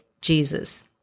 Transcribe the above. Jesus